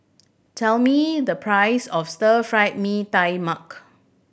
tell me the price of Stir Fried Mee Tai Mak